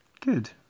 Good